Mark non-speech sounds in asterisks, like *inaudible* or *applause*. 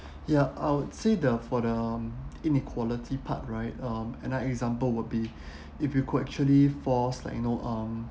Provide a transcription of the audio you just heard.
ya I would say the for the inequality part right um another example would be *breath* if you could actually force like you know um